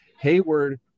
Hayward –